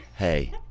Hey